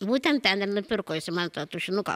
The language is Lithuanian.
būtent ten ir nupirko jisai man tą tušinuką